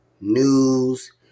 news